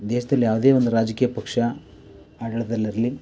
ದೇಶದಲ್ಲಿ ಯಾವುದೇ ಒಂದು ರಾಜಕೀಯ ಪಕ್ಷ ಆಡಳಿತದಲ್ಲಿರಲಿ